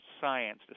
science